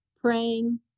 praying